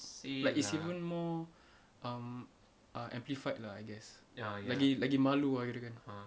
like it's even more um ah amplified lah I guess lagi lagi malu lah kirakan